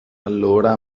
allora